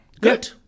Good